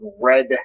red